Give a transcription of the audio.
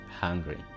hungry